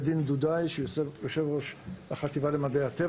ידין דודאי שהוא יושב-ראש החטיבה ללימודי הטבע.